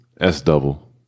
S-double